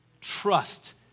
Trust